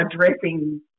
addressing